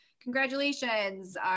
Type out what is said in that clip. congratulations